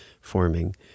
forming